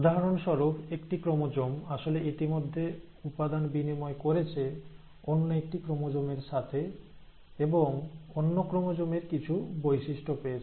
উদাহরণস্বরূপ একটি ক্রোমোজোম আসলে ইতিমধ্যে উপাদান বিনিময় করেছে অন্য একটি ক্রোমোজোমের সাথে এবং অন্য ক্রোমোজোমের কিছু বৈশিষ্ট্য পেয়েছে